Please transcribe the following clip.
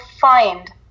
find